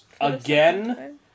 again